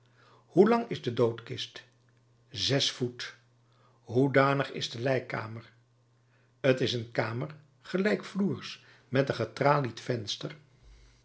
hoe lang is de doodkist zes voet hoedanig is de lijkkamer t is een kamer gelijkvloers met een getralied venster